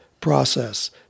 process